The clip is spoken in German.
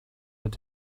mit